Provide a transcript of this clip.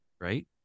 right